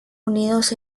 unidos